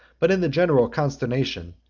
but in the general consternation,